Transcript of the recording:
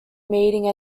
meeting